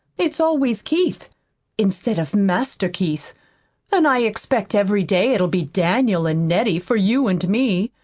it's always keith instead of master keith and i expect every day it'll be daniel and nettie for you and me.